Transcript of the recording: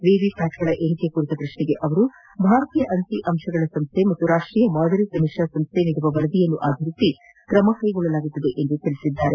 ವಿವಿ ಪ್ಯಾಟ್ಗಳ ಎಣಿಕೆ ಕುರಿತ ಪ್ರಶ್ನೆಗೆ ಅವರು ಭಾರತೀಯ ಅಂಕಿ ಅಂಶ ಸಂಸ್ಥೆ ಮತ್ತು ರಾಷ್ಟೀಯ ಮಾದರಿ ಸಮೀಕ್ಷಾ ಸಂಸ್ಥೆ ನೀಡುವ ವರದಿ ಆಧರಿಸಿ ಕ್ರಮ ಕೈಗೊಳ್ಳಲಾಗುವುದು ಎಂದರು